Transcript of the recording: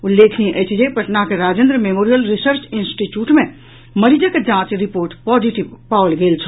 उल्लेखनीय अछि जे पटनाक राजेंद्र मेमोरियल रिसर्च इंस्टीच्यूट मे मरीजक जांच रिपोर्ट पॉजिटिव पाओल गेल छल